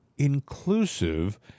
inclusive